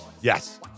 Yes